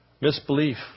Misbelief